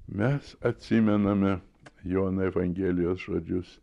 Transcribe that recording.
mes atsimename jono evangelijos žodžius